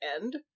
end